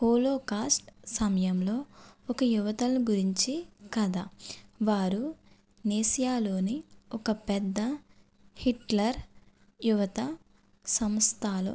Holocaust సమయంలో ఒక యువతను గురించి కథ వారు నేసియాలోని ఒక పెద్ద హిట్లర్ యువత సంస్థాలో